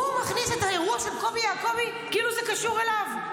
הוא מכניס את האירוע של קובי יעקובי כאילו זה קשור אליו.